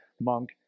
monk